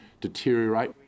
deteriorate